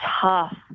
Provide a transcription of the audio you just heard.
tough